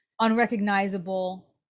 unrecognizable